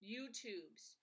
YouTubes